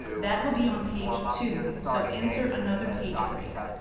that will be on page two, so insert another page break.